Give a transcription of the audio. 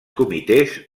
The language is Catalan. comitès